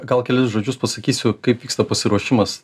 gal kelis žodžius pasakysiu kaip vyksta pasiruošimas